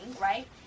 right